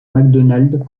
macdonald